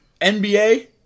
NBA